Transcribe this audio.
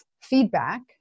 feedback